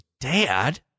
dad